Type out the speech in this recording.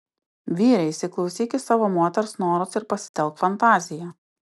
vyre įsiklausyk į savo moters norus ir pasitelk fantaziją